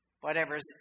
whatever's